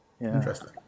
Interesting